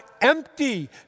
empty